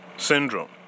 syndrome